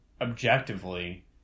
objectively